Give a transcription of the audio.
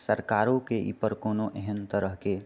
सरकारोके एहिपर कोनो एहन तरहके